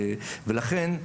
לכן,